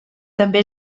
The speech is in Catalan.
també